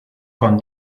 con